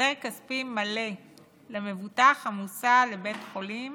החזר כספי מלא למבוטח המוסע לבית חולים